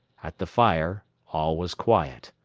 at the fire all was quiet.